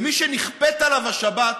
ומי שנכפית עליו השבת